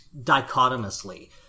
dichotomously